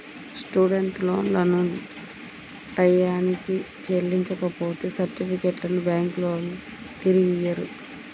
student లోన్లను టైయ్యానికి చెల్లించపోతే సర్టిఫికెట్లను బ్యాంకులోల్లు తిరిగియ్యరు